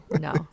No